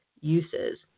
uses